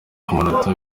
amanota